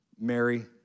Mary